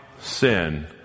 sin